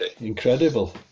Incredible